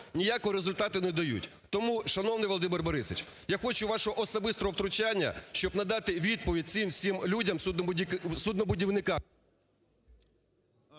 ніякого результату не дають. Тому шановний Володимир Борисович, я хочу вашого особистого втручання, щоб надати відповідь цим всім людям суднобудівникам…